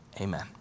Amen